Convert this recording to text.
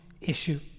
issue